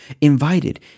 invited